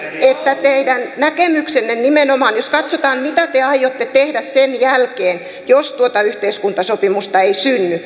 että teidän näkemyksenne nimenomaan jos katsotaan mitä te aiotte tehdä sen jälkeen jos tuota yhteiskuntasopimusta ei synny